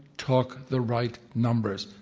talk the right numbers.